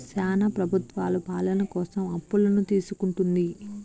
శ్యానా ప్రభుత్వాలు పాలన కోసం అప్పులను తీసుకుంటుంది